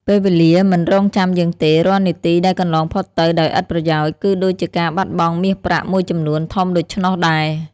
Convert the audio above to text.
ពេលវេលាមិនរងចាំយើងទេ រាល់នាទីដែលកន្លងផុតទៅដោយឥតប្រយោជន៍ គឺដូចជាការបាត់បង់មាសប្រាក់មួយចំនួនធំដូច្នោះដែរ។